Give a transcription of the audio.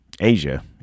Asia